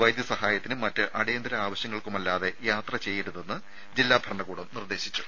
വൈദ്യസഹായത്തിനും മറ്റ് അടിയന്തിര ആവശ്യങ്ങൾക്കുമല്ലാതെ യാത്ര ചെയ്യരുതെന്ന് ജില്ലാ ഭരണകൂടം നിർദേശിച്ചു